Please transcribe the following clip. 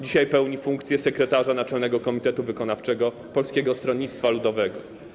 Dzisiaj pełni funkcję sekretarza Naczelnego Komitetu Wykonawczego Polskiego Stronnictwa Ludowego.